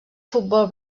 futbol